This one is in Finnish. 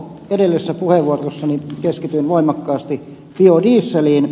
edellisessä puheenvuorossani keskityin voimakkaasti biodieseliin